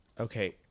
Okay